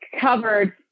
covered